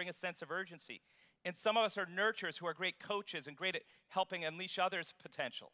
bring a sense of urgency and some of us are nurturers who are great coaches and great it helping unleash others potential